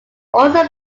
also